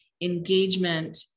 engagement